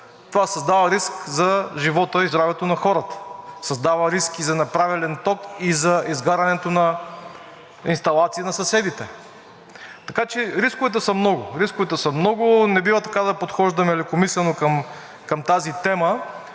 това създава риск за живота и здравето на хората. Създава риск и за неправилен ток, и за изгарянето на инсталации на съседите. Така че рисковете са много. Не бива така да подхождаме лекомислено към тази тема.